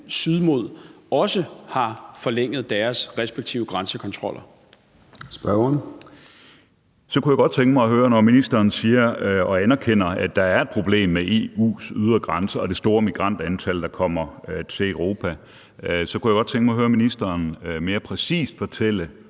syd også har forlænget deres respektive grænsekontrol. Kl. 13:46 Formanden (Søren Gade): Spørgeren. Kl. 13:46 Peter Skaarup (DD): Når ministeren anerkender, at der er et problem med EU's ydre grænser og det store antal migranter, der kommer til Europa, kunne jeg godt tænke mig at høre ministeren mere præcist fortælle